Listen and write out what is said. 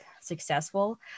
successful